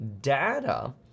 data